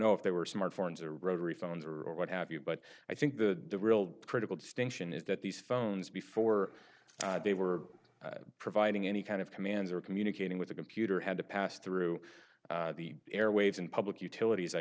know if they were smart forms or rotary phones or what have you but i think the real critical distinction is that these phones before they were providing any kind of commands or communicating with a computer had to pass through the airwaves and public utilities i